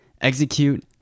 execute